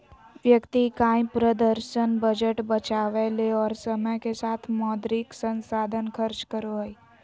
व्यक्ति इकाई प्रदर्शन बजट बचावय ले और समय के साथ मौद्रिक संसाधन खर्च करो हइ